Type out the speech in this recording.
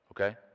okay